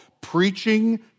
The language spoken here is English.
preaching